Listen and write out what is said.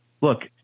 Look